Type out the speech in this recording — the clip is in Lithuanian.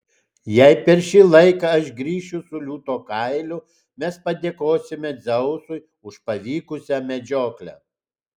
jei per šį laiką aš grįšiu su liūto kailiu mes padėkosime dzeusui už pavykusią medžioklę